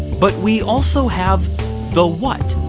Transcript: but we also have the what,